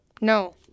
No